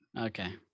Okay